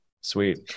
Sweet